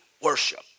worship